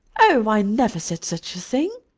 o, i never said such a thing!